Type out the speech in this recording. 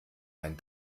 einen